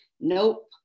Nope